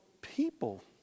people